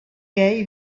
gay